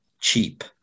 cheap